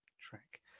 track